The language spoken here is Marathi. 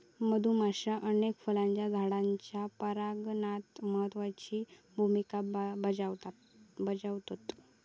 मधुमाश्या अनेक फुलांच्या झाडांच्या परागणात महत्त्वाची भुमिका बजावतत